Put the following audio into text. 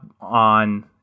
on